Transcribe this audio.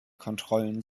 kontrollen